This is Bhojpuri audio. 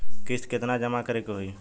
किस्त केतना जमा करे के होई?